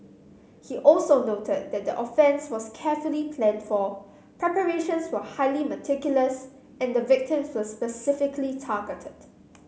he also noted that the offence was carefully planned for preparations were highly meticulous and the victims were specifically targeted